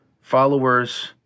followers